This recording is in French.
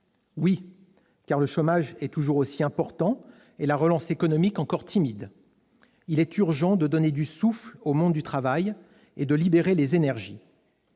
Oui, car le chômage est toujours aussi important et la relance économique encore timide. Il est urgent de donner du souffle au monde du travail et de libérer les énergies.